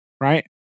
Right